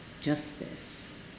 justice